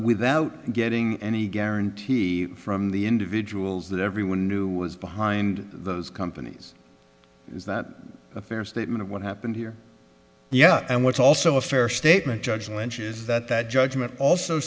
without getting any guarantee from the individuals that everyone knew was behind those companies is that a fair statement of what happened here yes and what's also a fair statement judgment is that that judgment also